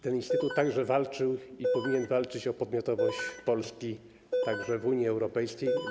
Ten instytut także walczył i powinien walczyć o podmiotowość Polski, również w Unii Europejskiej.